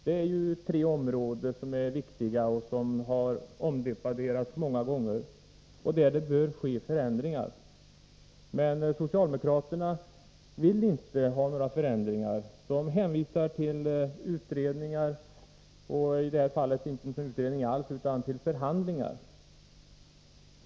Detta är tre viktiga områden som har debatterats många gånger och där det bör ske förändringar. Socialdemokraterna vill emellertid inte ha några förändringar, utan hänvisar till utredningar och, i det här fallet, till förhandlingar.